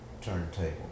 turntable